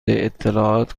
اطلاعات